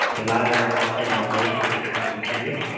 the latter often are worse at the time of the period.